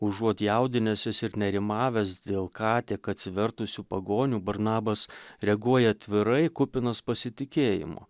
užuot jaudinęsis ir nerimavęs dėl ką tik atsivertusių pagonių barnabas reaguoja atvirai kupinas pasitikėjimo